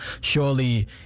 surely